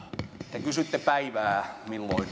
te kysyitte päivää